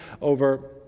over